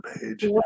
page